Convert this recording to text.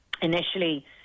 initially